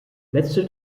letzte